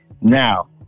Now